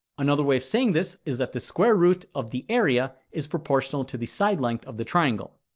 another way of saying this is that the square root of the area is proportional to the side length of the triangle.